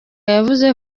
yavuze